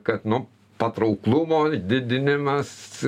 kad nu patrauklumo didinimas